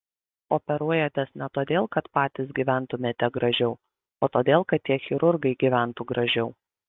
operuojatės ne todėl kad patys gyventumėte gražiau o todėl kad tie chirurgai gyventų gražiau